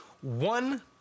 One